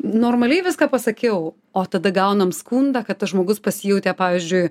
normaliai viską pasakiau o tada gaunam skundą kad tas žmogus pasijautė pavyzdžiui